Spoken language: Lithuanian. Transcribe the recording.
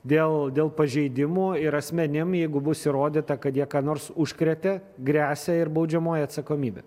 dėl dėl pažeidimų ir asmenim jeigu bus įrodyta kad jie ką nors užkrėtė gresia ir baudžiamoji atsakomybė